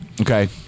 okay